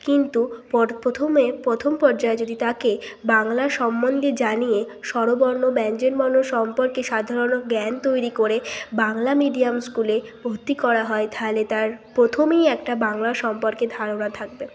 কিন্তু পর প্রথমে প্রথম পর্যায়ে যদি তাকে বাংলা সম্বন্দে জানিয়ে স্বরবর্ণ ব্যঞ্জনবর্ণ সম্পর্কে সাধারণ জ্ঞান তৈরি করে বাংলা মিডিয়াম স্কুলে ভর্তি করা হয় তাহলে তার প্রথমেই একটা বাংলা সম্পর্কে ধারণা থাকবে